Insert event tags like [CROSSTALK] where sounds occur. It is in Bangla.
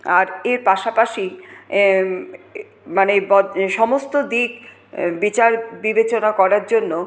আর এর পাশাপাশি মানে [UNINTELLIGIBLE] সমস্ত দিক বিচার বিবেচনা করার জন্য